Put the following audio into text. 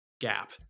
gap